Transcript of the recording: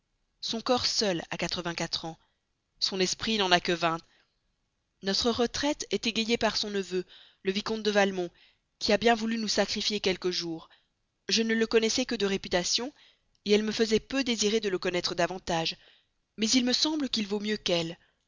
son corps seul a quatre-vingt-quatre ans son esprit n'en a que vingt notre retraite est égayée par son neveu le vicomte de valmont qui a bien voulu nous sacrifier quelques jours je ne le connaissais que de réputation et elle me faisait peu désirer de le connaître davantage mais il me semble qu'il vaut mieux qu'elle